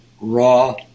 raw